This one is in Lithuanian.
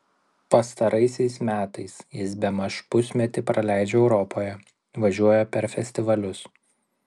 pastaraisiais metais jis bemaž pusmetį praleidžia europoje važiuoja per festivalius